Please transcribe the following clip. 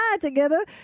together